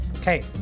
Okay